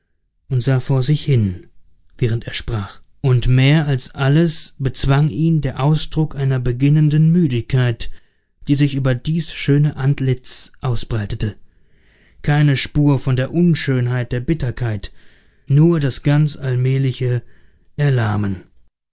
und sah vor sich hin während er sprach und mehr als alles bezwang ihn der ausdruck einer beginnenden müdigkeit die sich über dies schöne antlitz ausbreitete keine spur von der unschönheit der bitterkeit nur das ganz allmähliche erlahmen